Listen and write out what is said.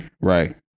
Right